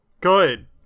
Good